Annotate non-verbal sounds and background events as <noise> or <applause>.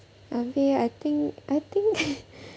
abeh I think I think <laughs>